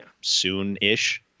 soon-ish